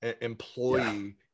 employee